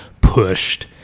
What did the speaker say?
pushed